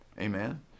Amen